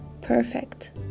perfect